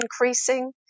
increasing